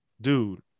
dude